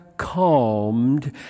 calmed